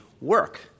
work